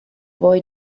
boy